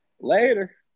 later